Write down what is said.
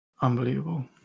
Unbelievable